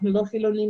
לא חילוניים,